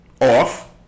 Off